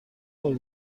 بار